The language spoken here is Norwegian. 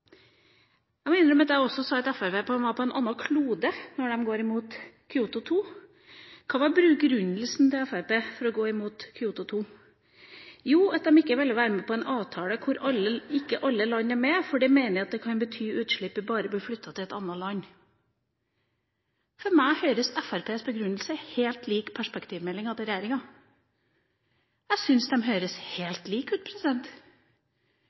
Jeg må innrømme at jeg sa at Fremskrittspartiet var på en annen klode da de gikk imot Kyoto 2-avtalen. Hva var begrunnelsen til Fremskrittspartiet for å gå imot Kyoto 2-avtalen? De ville ikke være med på en avtale hvor ikke alle land er med, for det mener de kan bety at utslippet bare blir flyttet til et annet land. For meg virker Fremskrittspartiets begrunnelse helt lik perspektivmeldinga fra regjeringa. Jeg syns de høres helt like ut.